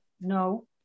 No